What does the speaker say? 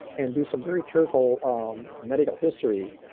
and do some very careful um medical history.